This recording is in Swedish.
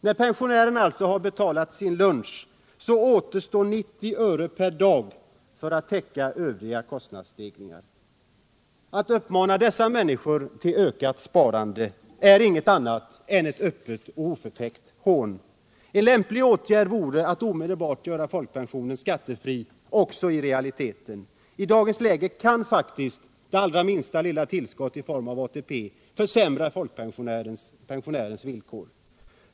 När pensionären har betalat sin lunch återstår alltså 90 öre per dag till att täcka övriga kostnadsstegringar. Att uppmana dessa människor till ökat sparande är inget annat än öppet och oförtäckt hån. En lämplig åtgärd vore att omedelbart göra folkpensionen skattefri också i realiteten. I dagens läge kan faktiskt det allra minsta lilla tillskott i form av ATP försämra pensionärernas villkor.